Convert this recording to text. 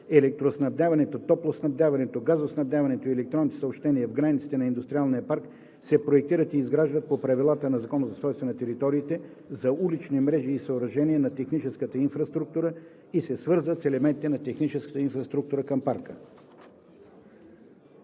електроснабдяването, топлоснабдяването, газоснабдяването и електронните съобщения в границите на индустриалния парк се проектират и изграждат по правилата на ЗУТ за улични мрежи и съоръжения на техническата инфраструктура и се свързват с елементите на техническата инфраструктура извън парка.“